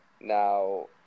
Now